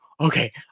okay